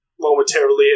momentarily